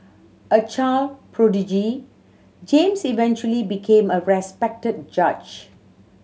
a child prodigy James eventually became a respected judge